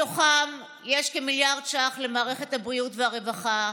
מתוכם יש כמיליארד שקלים למערכת הבריאות והרווחה,